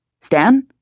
Stan